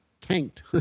tanked